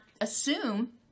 Assume